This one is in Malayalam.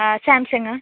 ആ സാംസങ്